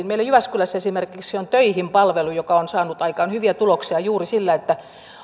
meillä jyväskylässä esimerkiksi on töihin palvelu joka on saanut aikaan hyviä tuloksia juuri sillä että